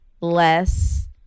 less